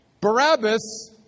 Barabbas